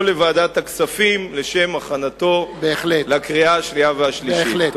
לוועדת הכספים לשם הכנתו לקריאה השנייה והשלישית.